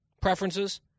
preferences